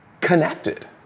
connected